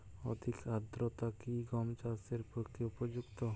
অধিক আর্দ্রতা কি গম চাষের পক্ষে উপযুক্ত?